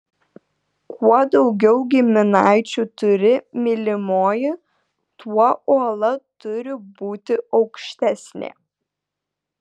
kuo daugiau giminaičių turi mylimoji tuo uola turi būti aukštesnė